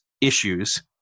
issues